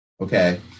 okay